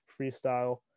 freestyle